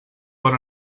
bon